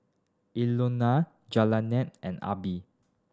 Elenor Jaylynn and Abie